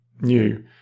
new